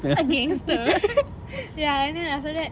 ah gangster ya and then after that